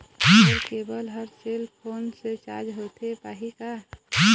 मोर cable हर cell phone से recharge होथे पाही का?